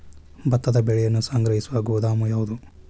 ಭತ್ತದ ಬೆಳೆಯನ್ನು ಸಂಗ್ರಹಿಸುವ ಗೋದಾಮು ಯಾವದು?